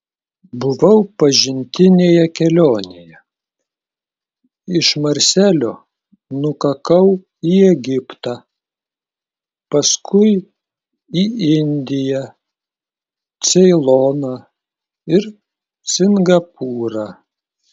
buvau pažintinėje kelionėje iš marselio nukakau į egiptą paskui į indiją ceiloną ir singapūrą